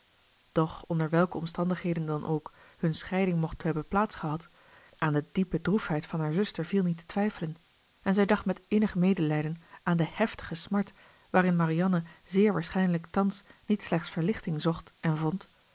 doch onder welke omstandigheden dan ook hunne scheiding mocht hebben plaats gehad aan de diepe droefheid van haar zuster viel niet te twijfelen en zij dacht met innig medelijden aan de heftige smart waarin marianne zeer waarschijnlijk thans niet slechts verlichting zocht en vond